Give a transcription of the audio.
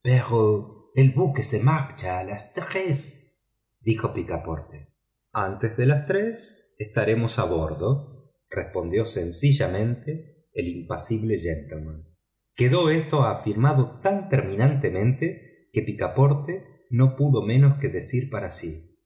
el buque se marcha a las tres dijo picaporte antes de las tres estaremos a bordo respondió sencillamente el impasible gentleman quedó esto afirmado tan terminantemente que picaporte no pudo menos de decir para sí